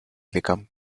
become